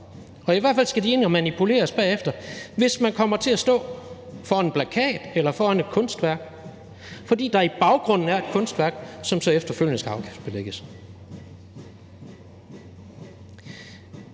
I hvert fald skal de ind og manipuleres bagefter, hvis man kommer til at stå foran en plakat eller foran et kunstværk, fordi der i baggrunden er et kunstværk, som så efterfølgende skal afgiftsbelægges.